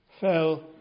fell